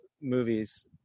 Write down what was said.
movies